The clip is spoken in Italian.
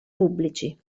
pubblici